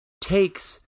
takes